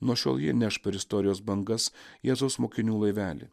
nuo šiol ji neš per istorijos bangas jėzaus mokinių laivelį